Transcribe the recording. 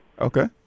Okay